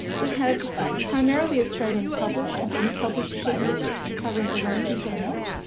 we have primarily australian published and unpublished sheet music covering a range of genres,